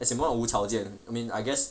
as in what 无条件 I mean I guess